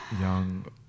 young